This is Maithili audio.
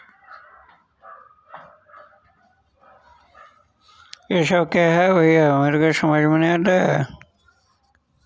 वृद्ध स्त्री पुरुष के जीवनी राष्ट्रीय बीमा सँ देल गेल